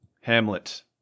Hamlet